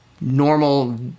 normal